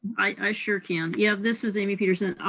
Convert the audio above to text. i sure can. yeah, this is amy peterson.